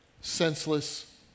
senseless